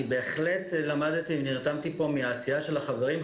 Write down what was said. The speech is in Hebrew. בהחלט למדתי ונתרמתי מהעשייה של החברים,